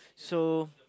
so